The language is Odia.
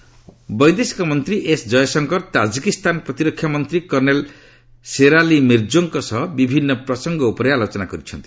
ଜୟଶଙ୍କର ବୈଦେଶିକ ମନ୍ତ୍ରୀ ଏସ୍ ଜୟଶଙ୍କର ତାଜିକ୍ସ୍ଥାନ ପ୍ରତିରକ୍ଷାମନ୍ତ୍ରୀ କର୍ଣ୍ଣେଲ୍ ସେରାଲି ମିର୍ଜୋଙ୍କ ସହ ବିଭିନ୍ନୁ ପ୍ରସଙ୍ଗ ଉପରେ ଆଲୋଚନା କରିଛନ୍ତି